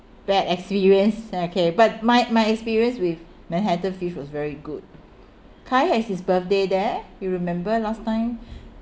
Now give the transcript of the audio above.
bad experience okay but my my experience with manhattan fish was very good kai has his birthday there you remember last time